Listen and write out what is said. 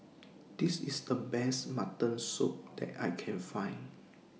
This IS The Best Mutton Soup that I Can Find